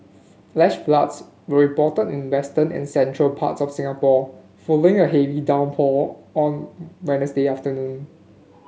flash floods were reported in the western and central parts of Singapore following a heavy downpour on Wednesday afternoon